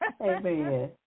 Amen